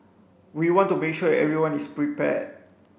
we want to make sure everyone is prepared